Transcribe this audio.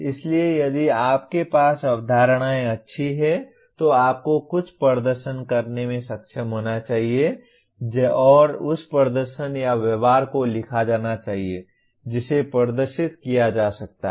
इसलिए यदि आपके पास अवधारणाएं अच्छी हैं तो आपको कुछ प्रदर्शन करने में सक्षम होना चाहिए और उस प्रदर्शन या व्यवहार को लिखा जाना चाहिए जिसे प्रदर्शित किया जा सकता है